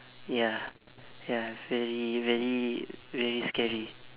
ya ya very very very scary